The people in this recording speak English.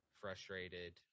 frustrated